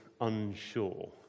unsure